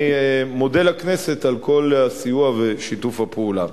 אני מודה לכנסת על כל הסיוע ושיתוף הפעולה.